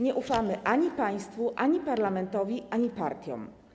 Nie ufamy ani państwu, ani parlamentowi, ani partiom.